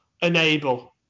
Enable